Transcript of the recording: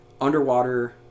underwater